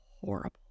horrible